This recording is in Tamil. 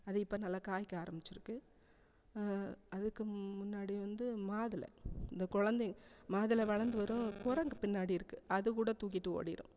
அது இப்போ நல்லா காய்க்க ஆரம்பிச்சுருக்கு அதுக்கு முன்னாடி வந்து மாதுளை இந்த குழந்தைங்க மாதுளை வளர்ந்து வரும் குரங்கு பின்னாடி இருக்கு அது கூட தூக்கிட்டு ஓடிரும்